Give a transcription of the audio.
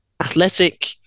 athletic